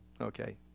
Okay